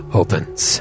opens